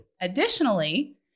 Additionally